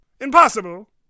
Impossible